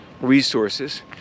resources